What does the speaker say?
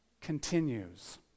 continues